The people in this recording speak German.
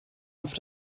auf